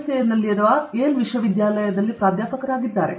ಎಸ್ನಲ್ಲಿ Yale ವಿಶ್ವವಿದ್ಯಾಲಯದಲ್ಲಿ ಪ್ರಾಧ್ಯಾಪಕರಾಗಿದ್ದಾರೆ